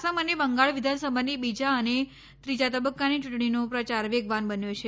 આસામ અને બંગાળ વિધાનસભાની બીજા અને ત્રીજા તબક્કાની ચૂંટણીનો પ્રચાર વેગવાન બન્યો છે